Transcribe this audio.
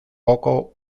poco